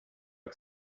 que